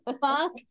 Fuck